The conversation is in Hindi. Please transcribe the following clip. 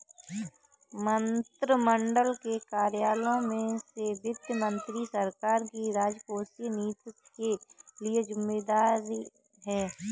मंत्रिमंडल के कार्यालयों में से वित्त मंत्री सरकार की राजकोषीय नीति के लिए जिम्मेदार है